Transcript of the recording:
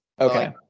Okay